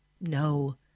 No